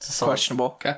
questionable